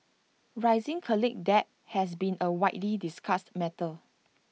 rising college debt has been A widely discussed matter